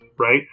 Right